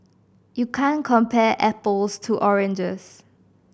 you can't compare apples to oranges